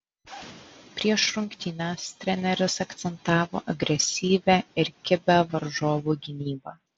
prieš rungtynes treneris akcentavo agresyvią ir kibią varžovų gynybą